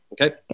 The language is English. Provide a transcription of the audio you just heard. okay